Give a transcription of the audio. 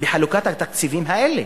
בחלוקת התקציבים האלה.